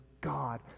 God